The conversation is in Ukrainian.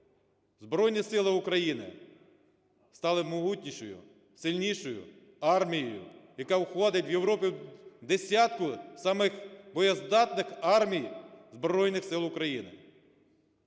Збройні сили України стали могутнішою, сильнішою армією, яка входить в Європі в десятку самих боєздатних армій, – Збройних Сил України.